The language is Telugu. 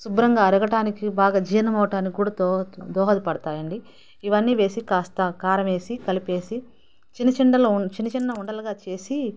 శుభ్రంగా అరగడానికి బాగా జీర్ణం అవ్వటానికి కూడా దోహ దోహదపడుతాయి అండి ఇవన్నీ వేసి కాస్త కారం వేసి కలిపేసి చిన్న ఉండలు చిన్న చిన్న ఉండలుగా చేసి